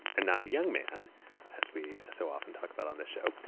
and not a young man as we so often talked about on this show,